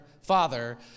father